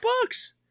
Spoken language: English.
bucks